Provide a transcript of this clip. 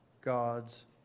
God's